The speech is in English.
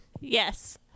Yes